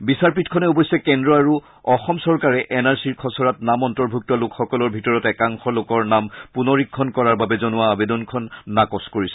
বিচাৰপীঠখনে অৱশ্যে কেন্দ্ৰ আৰু অসম চৰকাৰে এন আৰ চিৰ খচৰাত নাম অন্তৰ্ভুক্ত লোকসকলৰ ভিতৰত একাংশ লোকৰ নাম পুনৰীক্ষণ কৰাৰ বাবে জনোৱা আবেদনখন নাকচ কৰিছে